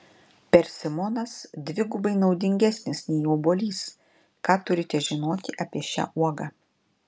persimonas dvigubai naudingesnis nei obuolys ką turite žinoti apie šią uogą